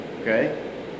okay